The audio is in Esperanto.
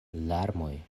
larmoj